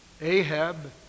ahab